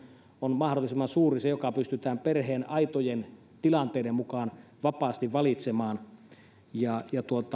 on mahdollisimman suuri se osa joka pystytään perheen aitojen tilanteiden mukaan vapaasti valitsemaan